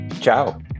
Ciao